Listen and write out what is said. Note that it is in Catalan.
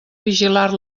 vigilar